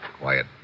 Quiet